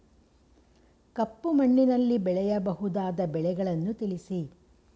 ಕಪ್ಪು ಮಣ್ಣಿನಲ್ಲಿ ಬೆಳೆಯಬಹುದಾದ ಬೆಳೆಗಳನ್ನು ತಿಳಿಸಿ?